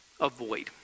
avoid